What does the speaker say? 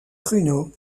pruneaux